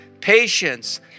patience